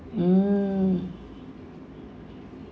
mm